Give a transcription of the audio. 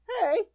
Hey